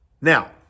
now